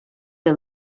que